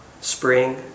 spring